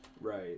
right